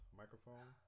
microphone